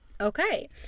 Okay